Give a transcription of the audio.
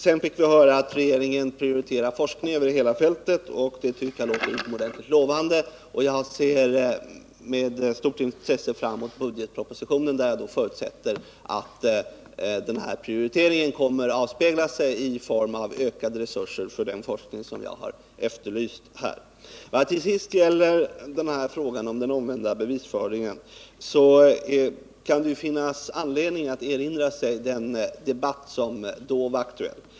Sedan fick vi höra att regeringen prioriterar forskning över hela fältet, och det tycker jag låter utomordentligt lovande. Jag ser med stort intresse fram mot budgetpropositionen, där jag förutsätter att de här prioriteringarna kommer att avspegla sig i form av ökade resurser för den forskning jag efterlyst. Vad sedan gäller frågan om den omvända bevisbördan kan det finnas anledning att erinra sig den debatt som då var aktuell.